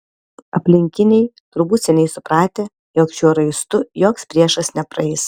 aplinkiniai turbūt seniai supratę jog šiuo raistu joks priešas nepraeis